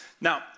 Now